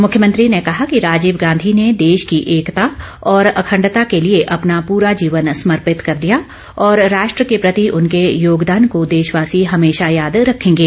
मुख्यमंत्री ने कहा कि राजीव गांधी ने देश की एकता और अखण्डता के लिए अपना पूरा जीवन समर्पित कर दिया और राष्ट्र के प्रति उनके योगदान को देशवासी हमेशा याद रखेंगे